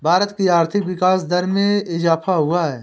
भारत की आर्थिक विकास दर में इजाफ़ा हुआ है